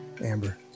Amber